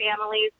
families